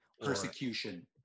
Persecution